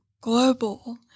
global